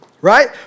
right